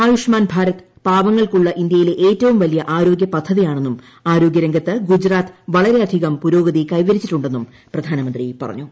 ആയുഷ്മാൻ ഭാരത് പാവങ്ങൾക്കുള്ള ഇന്ത്യയിലെ ഏറ്റവും വലിയ ആരോഗ്യ പദ്ധതിയാണെന്നും ആരോഗ്യ രംഗത്ത് ഗുജറാത്ത് വളരെയധികം പുരോഗതി കൈവരിച്ചിട്ടുണ്ടെന്നും പ്രധാനമന്ത്രി പറഞ്ഞു